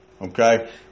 okay